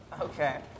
Okay